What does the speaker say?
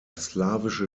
slawische